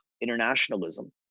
internationalism